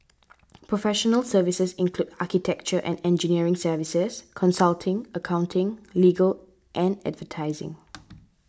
professional services include architecture and engineering services consulting accounting legal and advertising